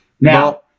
Now